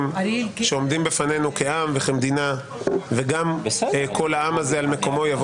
שעומדים בפנינו כעם וכמדינה וגם כל העם הזה על מקומו יבוא